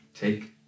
Take